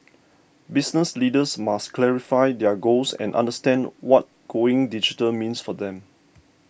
business leaders must clarify their goals and understand what going digital means for them